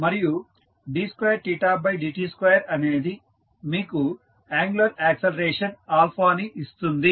మరియు d2dt2 అనేది మీకు యాంగులర్ యాక్సిలరేషన్ ని ఇస్తుంది